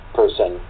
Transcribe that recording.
person